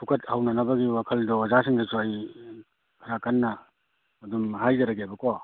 ꯐꯨꯀꯠ ꯍꯧꯅꯅꯕꯒꯤ ꯋꯥꯈꯜꯗꯣ ꯑꯣꯖꯥꯁꯤꯡꯗꯁꯨ ꯑꯩ ꯈꯔ ꯀꯟꯅ ꯑꯗꯨꯝ ꯍꯥꯏꯖꯔꯒꯦꯕꯀꯣ